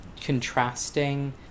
contrasting